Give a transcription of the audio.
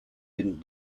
didn’t